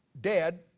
dead